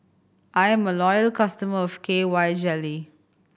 I'm a loyal customer of K Y Jelly